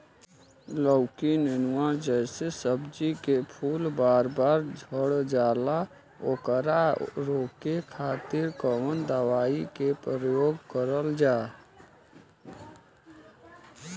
लौकी नेनुआ जैसे सब्जी के फूल बार बार झड़जाला ओकरा रोके खातीर कवन दवाई के प्रयोग करल जा?